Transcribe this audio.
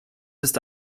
ist